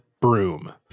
broom